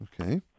Okay